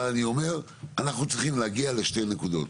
אבל אני אומר, אנחנו צריכים להגיע לשתי נקודות.